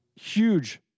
huge